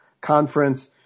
conference